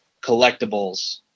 collectibles